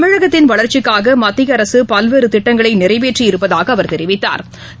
தமிழகத்தின் வளா்ச்சிக்காகமத்திய அரசுபல்வேறுதிட்டங்களைநிறைவேற்றி இருப்பதாகஅவா் தெரிவித்தாா்